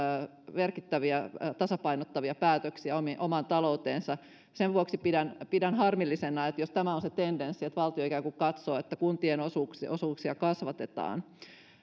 merkittäviä tasapainottavia päätöksiä omaan talouteensa sen vuoksi pidän pidän harmillisena jos tämä on se tendenssi että valtio katsoo että kuntien osuuksia osuuksia kasvatetaan